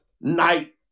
night